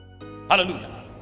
hallelujah